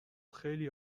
خیلی